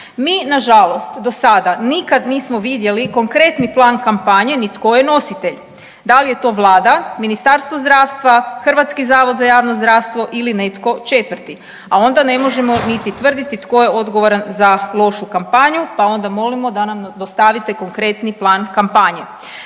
Mi nažalost do sada nikad nismo vidjeli konkretni plan kampanje, ni tko je nositelj. Da li je to Vlada, Ministarstvo zdravstva, HZJZ ili netko četvrti. A onda ne možemo niti tvrditi tko je odgovoran za lošu kampanju, pa onda molimo da nam dostavite konkretni plan kampanje.